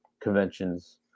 conventions